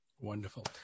Wonderful